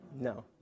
No